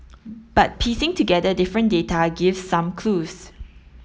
but piecing together different data gives some clues